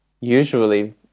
usually